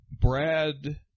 Brad